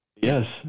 Yes